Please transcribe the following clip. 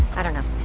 i don't know. i'm